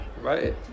right